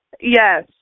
yes